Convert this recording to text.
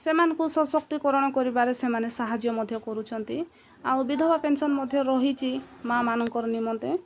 ସେମାନଙ୍କୁ ସଶକ୍ତିକରଣ କରିବାରେ ସେମାନେ ସାହାଯ୍ୟ ମଧ୍ୟ କରୁଛନ୍ତି ଆଉ ବିଧବା ପେନ୍ସନ୍ ମଧ୍ୟ ରହିଛି ମା ମାନଙ୍କର ନିମନ୍ତେ